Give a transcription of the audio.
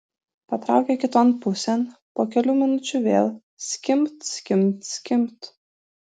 patraukė kiton pusėn po kelių minučių vėl skimbt skimbt skimbt